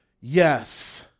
Yes